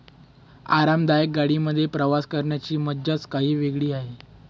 आरामदायक गाडी मध्ये प्रवास करण्याची मज्जाच काही वेगळी आहे